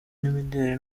n’imideli